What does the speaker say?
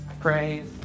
praise